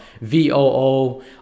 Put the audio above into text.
VOO